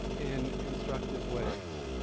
in instructive ways.